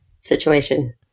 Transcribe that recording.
situation